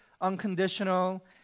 unconditional